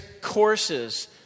courses